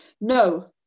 no